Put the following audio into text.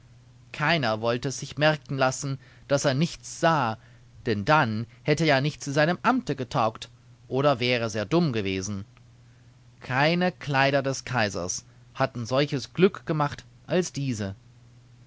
keiner wollte es sich merken lassen daß er nichts sah denn dann hätte er ja nicht zu seinem amte getaugt oder wäre sehr dumm gewesen keine kleider des kaisers hatten solches glück gemacht als diese